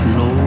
no